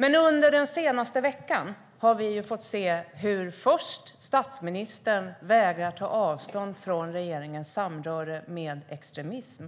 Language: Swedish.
Men under den senaste veckan har vi ju fått se först att statsministern vägrat ta avstånd från regeringens samröre med extremism